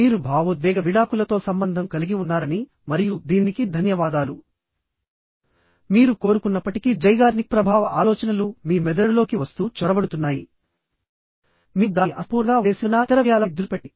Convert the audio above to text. మీరు భావోద్వేగ విడాకులతో సంబంధం కలిగి ఉన్నారని మరియు దీనికి ధన్యవాదాలు మీరు కోరుకున్నప్పటికీ జైగార్నిక్ ప్రభావ ఆలోచనలు మీ మెదడులోకి వస్తూ చొరబడుతున్నాయి మీరు దానిని అసంపూర్ణంగా వదిలేసినందున ఇతర విషయాలపై దృష్టి పెట్టండి